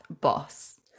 boss